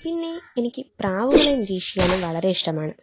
പിന്നെ എനിക്ക് പ്രാവുകളെ നിരീക്ഷിക്കാനും വളരെ ഇഷ്ടമാണ്